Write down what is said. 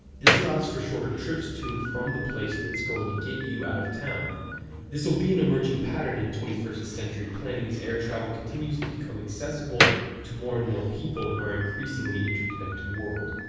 this allows for shorter trips to and from the place that's going to get you out of town this'll be an emerging pattern in twenty first century planning as air travel continues to become accessible to more and more people in our increasingly interconnected world.